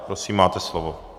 Prosím, máte slovo.